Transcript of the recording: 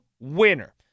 winner